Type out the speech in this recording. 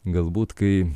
galbūt kai